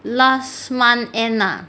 last month end ah